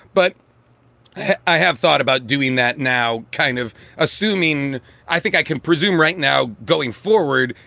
but i have thought about doing that now, kind of assuming i think i can presume right now going forward,